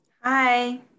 Hi